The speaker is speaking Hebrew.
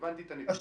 הבנתי את הנקודה.